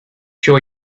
sure